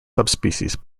subspecies